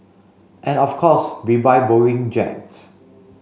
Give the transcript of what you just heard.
and of course we buy Boeing jets